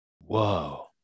whoa